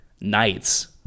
Knights